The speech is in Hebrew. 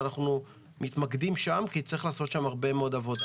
ואנחנו מתמקדים שם כי צריך לעשות שם הרבה מאוד עבודה